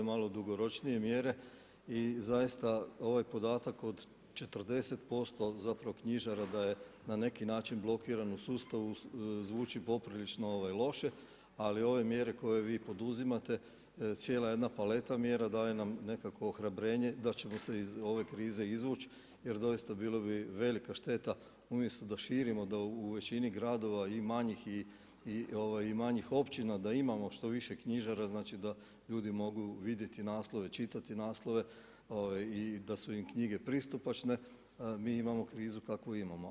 i ove malo dugoročnije mjere i zaista ovaj podatak od 40% knjižara da je na neki način blokiran u sustavu zvuči poprilično loše, ali ove mjere koje vi poduzimate, cijela jedna paleta mjera daje nam nekakvo ohrabrenje da ćemo se iz ove krize izvuć jer doista bila bi velika šteta umjesto da širimo, da u većini gradova i manjih i manjih općina da imamo što više knjižara da ljudi mogu vidjeti naslove, čitati naslove i da su im knjige pristupačne, mi imamo krizu kakvu imamo.